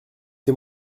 tes